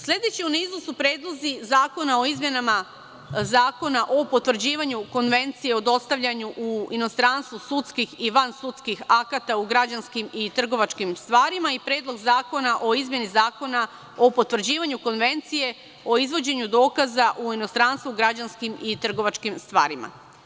Sledeći u nizu su predlozi zakona o izmenama Zakona o potvrđivanju Konvencije o dostavljanju u inostranstvo sudskih i vansudskih akata u građanskim i trgovačkim stvarima i Predlog zakona o izmeni Zakona o potvrđivanju Konvencije o izvođenju dokaza u inostranstvu građanskim i trgovačkim stvarima.